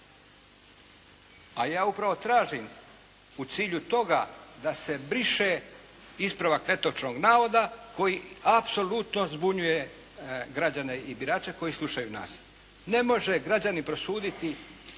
A ja upravo tražim u cilju toga da se briše ispravak netočnog navoda koji apsolutno zbunjuje građane i birače koji slušaju nas. Ne može građanin prosuditi